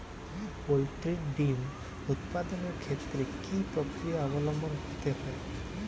Poultry ডিম উৎপাদনের ক্ষেত্রে কি পক্রিয়া অবলম্বন করতে হয়?